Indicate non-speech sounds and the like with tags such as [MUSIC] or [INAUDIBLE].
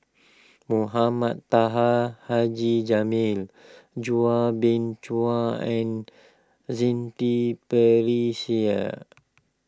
Mohama Taha Haji Jamil Chua Beng Chua and Shanti [UNINTELLIGIBLE]